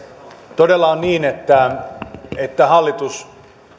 todella on niin että että hallitus